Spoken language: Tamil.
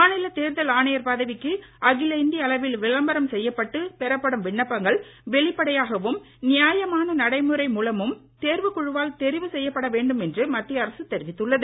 மாநில தேர்தல் ஆணையர் பதவிக்கு அகில இந்திய அளவில் விளம்பரம் செய்யப்பட்டு பெறப்படும் விண்ணப்பங்கள் வெளிப்படையாகவும் நியாயமான நடைமுறை மூலமும் தேர்வு குழுவால் தெரிவு செய்யப்பட வேண்டும் என்று மத்திய அரசு தெரிவித்துள்ளது